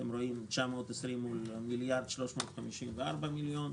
אתם רואים 920 מיליון שקל מול 1.354 מיליארד שקל,